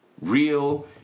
real